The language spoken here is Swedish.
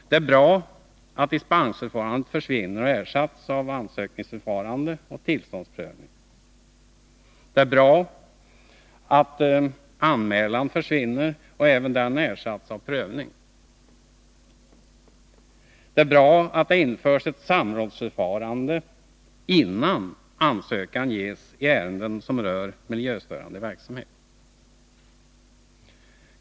Det är bra att dispensförfarandet försvinner och ersätts av ansökningsförfarande och tillståndsprövning. Det är bra att anmälan försvinner och att även den ersätts av en prövning. Det är bra att det införs ett samrådsförfarande, innan ansökan ges in i ärenden som rör miljöstörande verksamhet.